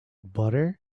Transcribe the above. butter